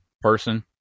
person